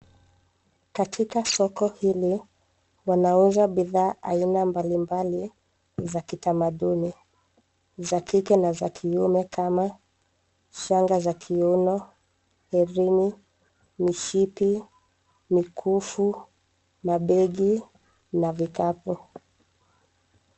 Katika soko hili, wanauza bidhaa aina mbalimbali za kitamaduni, za kike na za kiume kama shanga za kiuno, herini, mishipi, mikufu, mabegi na vikapu.